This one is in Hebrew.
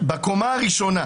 בקומה הראשונה,